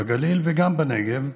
בגליל וגם בנגב,